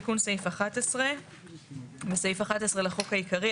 תיקון סעיף 11. בסעיף 11 לחוק העיקרי,